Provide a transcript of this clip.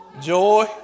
Joy